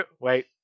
wait